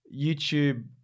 YouTube